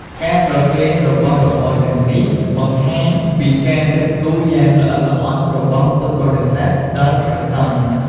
ការប្រគេនរបស់របរទាំងនេះបង្ហាញពីការគិតគូរយ៉ាងល្អិតល្អន់របស់ពុទ្ធបរិស័ទដល់ព្រះសង្ឃ។